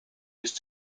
ist